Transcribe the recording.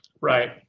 Right